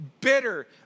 bitter